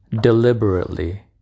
deliberately